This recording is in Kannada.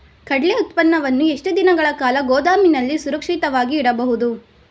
ಕಡ್ಲೆ ಉತ್ಪನ್ನವನ್ನು ಎಷ್ಟು ದಿನಗಳ ಕಾಲ ಗೋದಾಮಿನಲ್ಲಿ ಸುರಕ್ಷಿತವಾಗಿ ಇಡಬಹುದು?